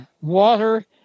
water